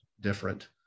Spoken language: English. different